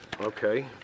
Okay